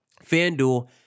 FanDuel